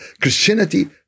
Christianity